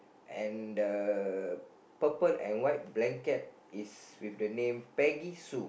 and the purple and white blanket is with the name Peggy Sue